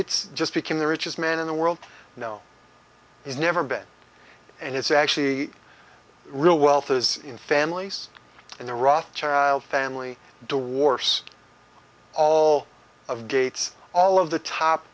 gates just became the richest man in the world now he's never been and it's actually real wealth is in families and the rothschilds family door wars all of gates all of the top